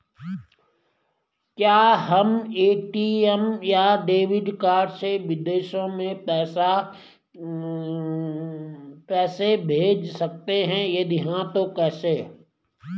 क्या हम ए.टी.एम या डेबिट कार्ड से विदेशों में पैसे भेज सकते हैं यदि हाँ तो कैसे?